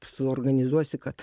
suorganizuosi kad